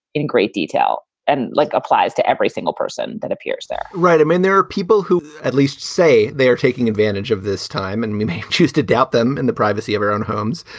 in great detail and like applies to every single person that appears there right. i mean, there are people who at least say they are taking advantage of this time and may may choose to doubt them in the privacy of their own homes.